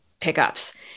pickups